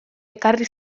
ekarri